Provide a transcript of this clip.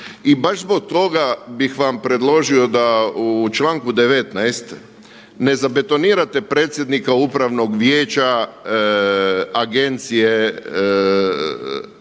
I baš zbog toga bih vam predložio da u članku 19. ne zabetonirate predsjednika Upravnog vijeća Agencije za